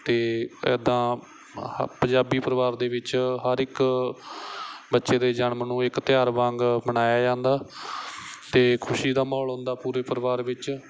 ਅਤੇ ਇੱਦਾਂ ਪੰਜਾਬੀ ਪਰਿਵਾਰ ਦੇ ਵਿੱਚ ਹਰ ਇੱਕ ਬੱਚੇ ਦੇ ਜਨਮ ਨੂੰ ਇੱਕ ਤਿਉਹਾਰ ਵਾਂਗ ਮਨਾਇਆ ਜਾਂਦਾ ਅਤੇ ਖੁਸ਼ੀ ਦਾ ਮਾਹੌਲ ਹੁੰਦਾ ਪੂਰੇ ਪਰਿਵਾਰ ਵਿੱਚ